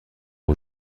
aux